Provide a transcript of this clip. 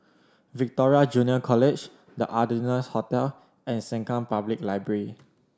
Victoria Junior College The Ardennes Hotel and Sengkang Public Library